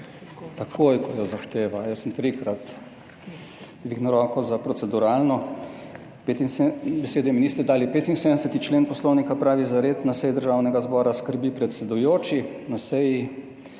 takoj, ko jo zahteva.« Jaz sem trikrat dvignil roko za proceduralno, besede mi niste dali. 75. člen Poslovnika pravi: »Za red na seji državnega zbora skrbi predsedujoči. Na seji